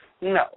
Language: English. No